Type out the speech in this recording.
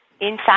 inside